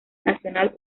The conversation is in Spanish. nacional